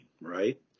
right